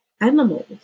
animals